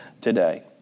today